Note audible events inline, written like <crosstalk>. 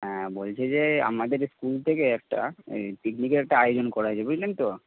হ্যাঁ বলছি যে আমাদের স্কুল থেকে একটা <unintelligible> পিকনিকের একটা আয়োজন করা হয়েছে বুঝলেন তো